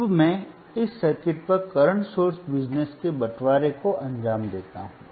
अब मैं इस सर्किट पर करंट सोर्स बिजनेस के बंटवारे को अंजाम देता हूं